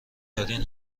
دارین